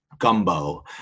gumbo